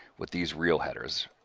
with these real headers.